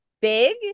big